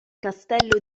castello